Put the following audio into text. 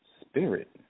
spirit